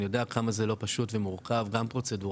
אני יודע כמה זה לא פשוט ומורכב גם פרוצדורלית,